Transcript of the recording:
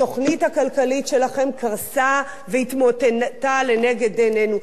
התוכנית הכלכלית שלכם קרסה והתמוטטה לנגד עינינו.